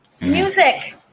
Music